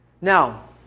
Now